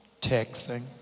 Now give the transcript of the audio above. texting